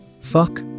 Fuck